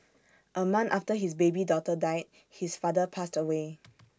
A month after his baby daughter died his father passed away